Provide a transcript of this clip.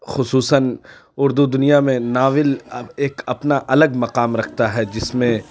خصوصاً اردو دنیا میں ناول اب ایک اپنا الگ مقام رکھتا ہے جس میں